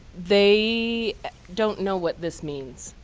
they don't know what this means.